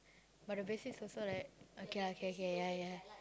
but the basics also like okay ah okay okay ya ya